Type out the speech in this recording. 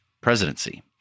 presidency